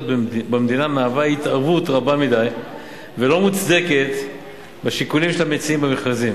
במדינה מהווה התערבות רבה מדי ולא מוצדקת בשיקולים של המציעים במכרזים